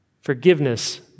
forgiveness